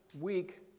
week